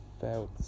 felt